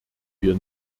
wir